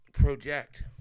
project